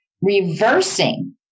reversing